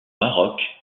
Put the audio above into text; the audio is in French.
maroc